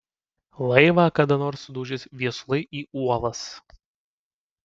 laivą kada nors sudaužys viesulai į uolas